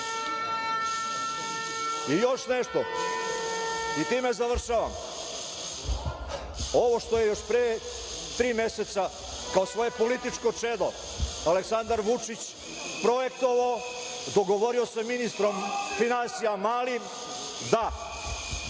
nešto i time završavam. Ovo što je pre tri meseca kao svoje političko čedo Aleksandar Vučić projektovao, dogovorio sa ministrom finansija Malim, da